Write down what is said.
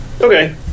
Okay